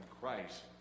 Christ